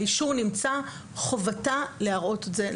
האישור נמצא וחובתה להראות אותו להורה.